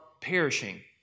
perishing